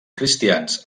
cristians